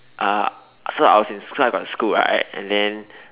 uh so I was in so I got school right and then